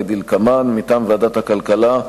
כדלקמן: מטעם ועדת הכלכלה,